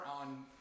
on